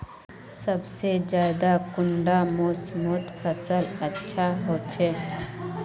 सबसे ज्यादा कुंडा मोसमोत फसल अच्छा होचे?